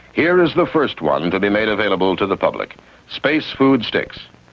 here is the first one to be made available to the public space food sticks.